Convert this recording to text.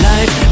Life